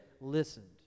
listened